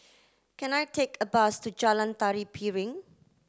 can I take a bus to Jalan Tari Piring